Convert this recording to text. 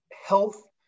health